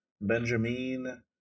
Benjamin